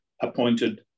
appointed